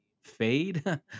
fade